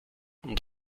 und